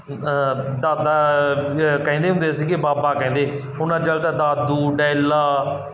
ਦਾ ਦਾਦਾ ਕਹਿੰਦੇ ਹੁੰਦੇ ਸੀਗੇ ਬਾਬਾ ਕਹਿੰਦੇ ਹੁਣ ਅੱਜ ਕੱਲ੍ਹ ਤਾਂ ਦਾਦੂ ਡੈਲਾ